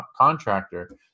contractor